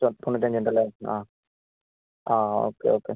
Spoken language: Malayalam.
തൊണ്ണൂറ്റിയഞ്ച് ഉണ്ടല്ലേ ആ ആ ഓക്കെ ഓക്കെ